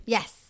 Yes